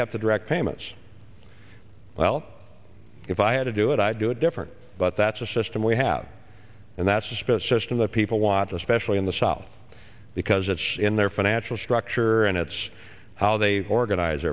kept the direct payments well if i had to do it i'd do it different but that's the system we have and that's suspicious to the people want especially in the south because it's in their financial structure and it's how they organize